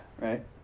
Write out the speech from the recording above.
right